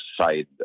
side